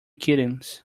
kittens